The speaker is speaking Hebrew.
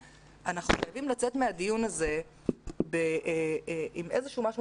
אנחנו חייבים לצאת מהדיון הזה עם איזה שהוא משהו